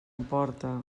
emporta